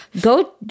go